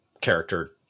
character